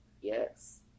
Yes